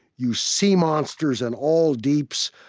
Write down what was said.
you sea monsters and all deeps,